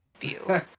view